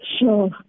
Sure